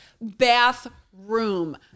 bathroom